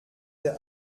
der